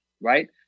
right